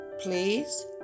Please